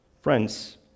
friends